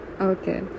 Okay